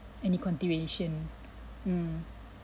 and the continuation mm